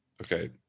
okay